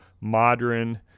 modern